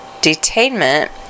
detainment